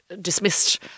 dismissed